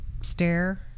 stare